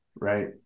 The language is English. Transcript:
right